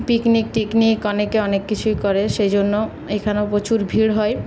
picnic টিকনিক অনেকে অনেক কিছুই করে সেই জন্য এখানেও প্রচুর ভিড় হয়